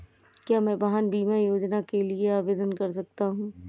क्या मैं वाहन बीमा योजना के लिए आवेदन कर सकता हूँ?